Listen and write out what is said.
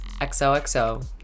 XOXO